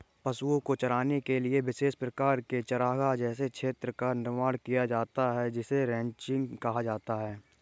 पशुओं को चराने के लिए विशेष प्रकार के चारागाह जैसे क्षेत्र का निर्माण किया जाता है जिसे रैंचिंग कहा जाता है